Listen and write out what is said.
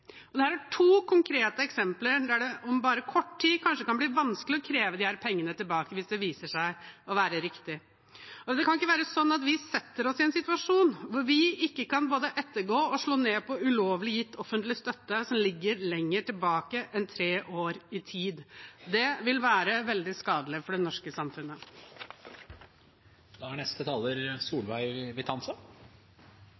er to konkrete eksempler, der det om kort tid kanskje kan bli vanskelig å kreve disse pengene tilbake hvis det viser seg å være riktig. Det kan ikke være sånn at vi setter oss i en situasjon hvor vi ikke kan både ettergå og slå ned på ulovlig gitt offentlig støtte som ligger lenger tilbake i tid enn tre år. Det vil være veldig skadelig for det norske samfunnet.